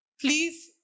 please